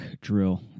Drill